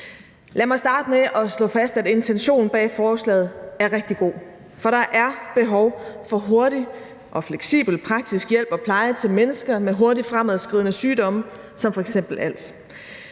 Lad mig starte med at slå fast, at intentionen bag forslaget er rigtig god, for der er behov for hurtig og fleksibel praktisk hjælp og pleje til mennesker med hurtigt fremadskridende sygdomme som f.eks. als.